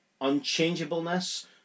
unchangeableness